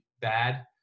bad